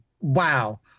wow